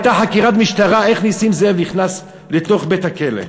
הייתה חקירת משטרה איך נסים זאב נכנס אל תוך בית-הכלא.